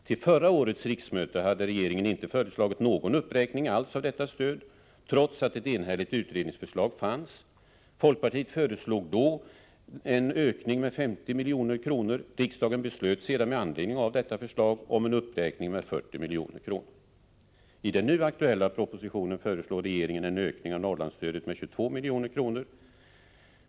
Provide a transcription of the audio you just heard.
Till förra årets riksmöte hade regeringen inte föreslagit någon uppräkning alls av detta stöd, trots att ett enhälligt utredningsförslag fanns. Folkpartiet föreslog då en ökning med 50 milj.kr. Riksdagen beslöt sedan med anledning av detta förslag om en uppräkning med 40 milj.kr. I den nu aktuella propositionen föreslår regeringen en ökning av Norrlandsstödet med 22 milj.kr.